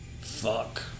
Fuck